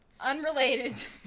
Unrelated